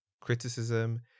criticism